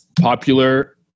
popular